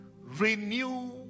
renew